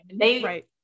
Right